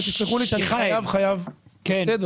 ותסלחו לי שאני חייב חייב לצאת,